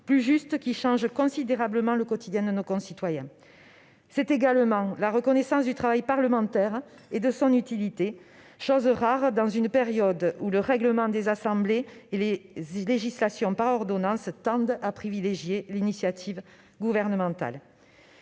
plus justes et qui changent considérablement le quotidien de nos concitoyens. Son examen est également la reconnaissance du travail parlementaire et de son utilité, chose rare dans une période où le règlement des assemblées et les législations par ordonnances tendent à privilégier l'initiative gouvernementale.